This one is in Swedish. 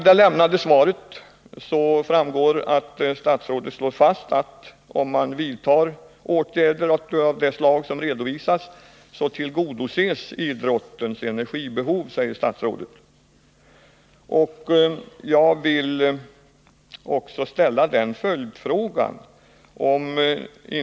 I svaret slår statsrådet fast att om man vidtar åtgärder av det slag som redovisats så tillgodoses idrottens energibehov. Jag vill här ställa en följdfråga.